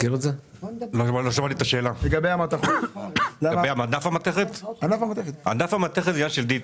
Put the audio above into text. ענף המתכת זה עניין של details,